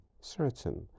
certain